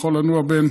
זה יכול לנוע בין